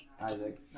Isaac